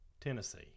Tennessee